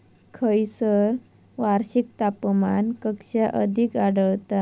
खैयसर वार्षिक तापमान कक्षा अधिक आढळता?